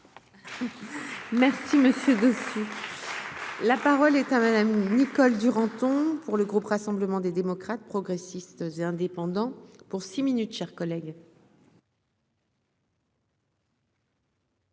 Merci monsieur dossier, la parole est à madame Nicole Duranton. Pour le groupe Rassemblement des démocrates progressistes et indépendants pour six minutes chers collègues.